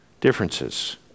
differences